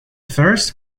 first